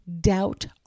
doubt